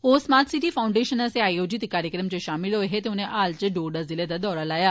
ओह् smart city foundation आस्सेआ आयोजित इक कार्यक्रम च शामल होए हे ते उनें हाल इच डोडा ज़िले दा दौरा लाया